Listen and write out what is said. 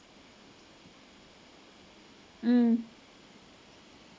um